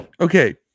Okay